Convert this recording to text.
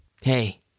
Hey